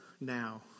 now